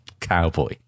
Cowboy